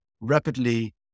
rapidly